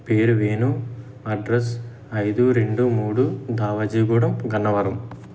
పేరు వేణు అడ్రస్ ఐదు రెండు మూడు ధావాజీగూడం గన్నవరం